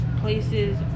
places